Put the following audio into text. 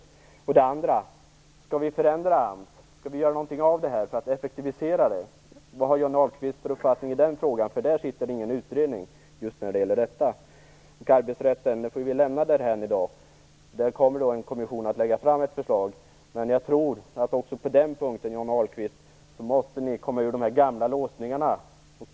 Den andra frågan jag skulle vilja ställa är: Skall vi förändra AMS? Skall vi göra något för att effektivisera detta? Vad har Johnny Ahlqvist för uppfattning i den frågan? Där sitter ingen utredning. Arbetsrätten får vi lämna därhän i dag. En kommission kommer att lägga fram ett förslag. Men jag tror att ni även på den punkten måste komma ur de gamla låsningarna, Johnny Ahlqvist.